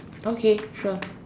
okay sure